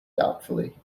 doubtfully